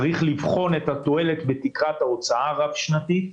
צריך לבחון את התועלת בתקרת ההוצאה הרב-שנתית.